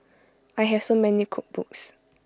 I have so many cookbooks